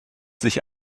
sich